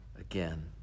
again